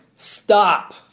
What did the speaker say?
stop